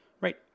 Right